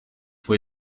fue